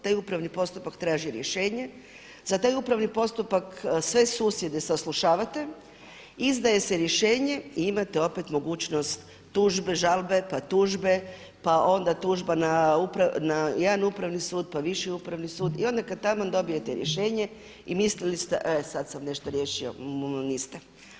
Taj upravni postupak traži rješenje, za taj upravni postupak sve susjede saslušavate, izdaje se rješenje i imate opet mogućnost tužbe, žalbe, pa tužbe, pa onda tužba na jedan upravni sud, pa Viši upravni sud i onda kada taman dobijete rješenje i mislite e sada sam nešto riješio, niste.